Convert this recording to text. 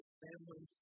family